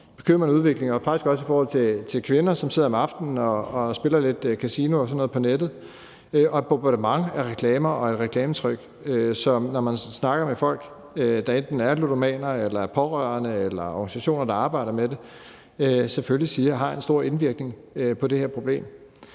bekymrende udvikling er faktisk også i forhold til kvinder, som sidder om aftenen og spiller sådan lidt kasino og sådan noget på nettet, og der er et bombardement af reklamer og et reklametryk, som folk, når man snakker med folk, der enten er ludomaner eller pårørende, eller med organisationer, der arbejder med det, siger selvfølgelig har en stor indvirkning på det her problem.